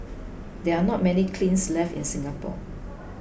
there are not many kilns left in Singapore